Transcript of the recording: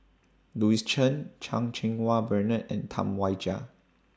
Louis Chen Chan Cheng Wah Bernard and Tam Wai Jia